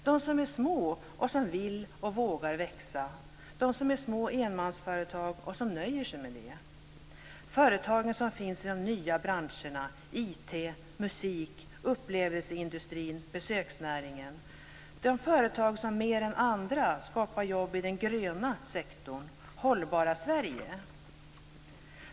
Jag ser små företag som vill och vågar växa och små enmansföretag som nöjer sig med det. Vi har också företag i de nya branscherna IT, musik, upplevelseindustrin och besöksnäringen liksom företag som mer än andra skapar jobb i den gröna sektorn - hållbara Sverige.